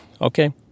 Okay